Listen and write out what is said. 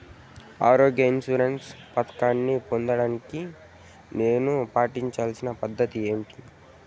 ఆరోగ్య ఇన్సూరెన్సు పథకాన్ని పొందేకి నేను పాటించాల్సిన పద్ధతి ఏమి?